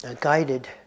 guided